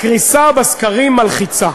הקריסה בסקרים מלחיצה.